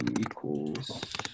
equals